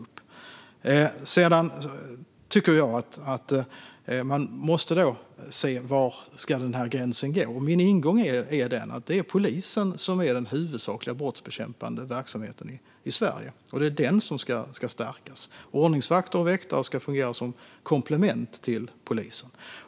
Jag tycker att man måste titta på var gränsen ska gå. Min ingång är att det är polisen som är den huvudsakliga brottsbekämpande verksamheten i Sverige. Det är den som ska stärkas. Ordningsvakter och väktare ska fungera som komplement till polisen.